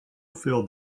filled